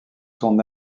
son